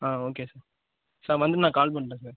ஆ okay sir sir வந்துவிட்டு நான் call பண்ணுறேன் சார்